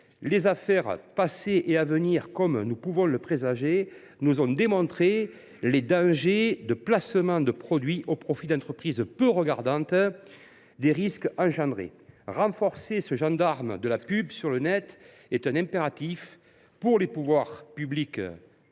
Les affaires passées, et à venir, comme nous pouvons le présager, nous ont démontré les dangers des placements de produits au profit d’entreprises peu regardantes sur les risques engendrés. Renforcer ce « gendarme de la pub » sur internet est un impératif pour protéger nos